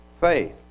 faith